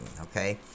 Okay